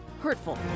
hurtful